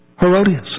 Herodias